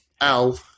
Al